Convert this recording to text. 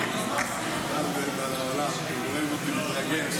לא אושרה ותוסר מסדר-היום.